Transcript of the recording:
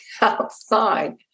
outside